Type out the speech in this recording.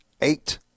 eight